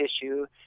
tissue